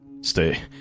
stay